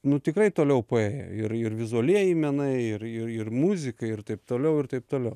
nu tikrai toliau paėję ir ir vizualieji menai ir ir ir muzika ir taip toliau ir taip toliau